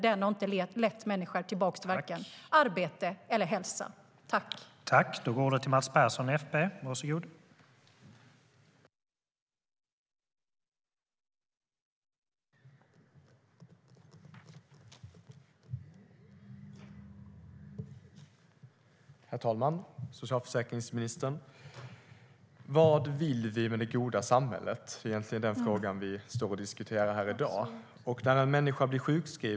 Den har inte lett människor tillbaka till vare sig arbete eller hälsa.